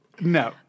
No